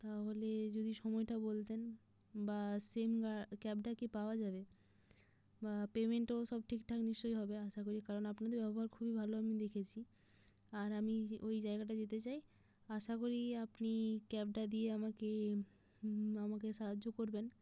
তাহলে যদি সময়টা বলতেন বা সেম গা ক্যাবটা কি পাওয়া যাবে বা পেমেন্টও সব ঠিকঠাক নিশ্চয় হবে আশা করি কারণ আপনাদের ব্যবহার খুবই ভালো আমি দেখেছি আর আমি যে ওই জায়গাটা যেতে চাই আশা করি আপনি ক্যাবটা দিয়ে আমাকে আমাকে সাহায্য করবেন